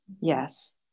yes